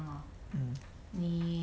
mm